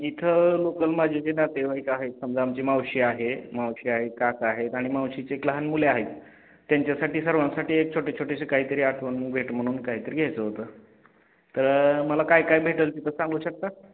इथं लोकल माझे जे नातेवाईक आहे समजा आमची मावशी आहे मावशी आहे काका आहेत आणि मावशीचे एक लहान मुले आहेत त्यांच्यासाठी सर्वांसाठी एक छोटे छोटेशी काहीतरी आठवण भेट म्हणून काहीतरी घ्यायचं होतं तर मला काय काय भेटेल तिथं सांगू शकता